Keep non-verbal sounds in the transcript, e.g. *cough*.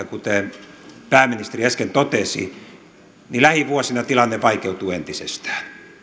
*unintelligible* kuten pääministeri äsken totesi niin lähivuosina tilanne vaikeutuu entisestään